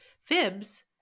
fibs